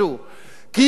כי כנראה